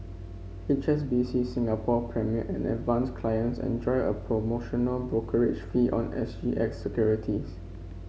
H S B C Singapore Premier and Advance clients enjoy a promotional brokerage fee on S G X securities